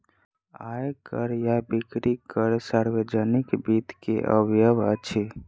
आय कर आ बिक्री कर सार्वजनिक वित्त के अवयव अछि